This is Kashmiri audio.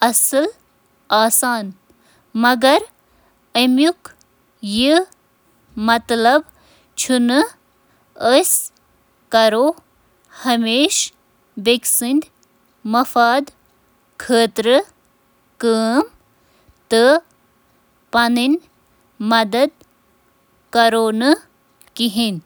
اکھ بے لوث عمل۔